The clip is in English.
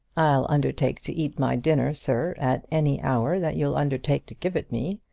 i'll undertake to eat my dinner, sir, at any hour that you'll undertake to give it me.